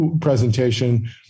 presentation